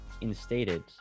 instated